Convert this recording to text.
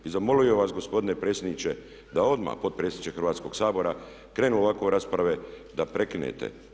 I zamolio bih vas gospodine predsjedniče da odmah, potpredsjedniče Hrvatskoga sabora, kada krenu ovakve rasprave da prekinete.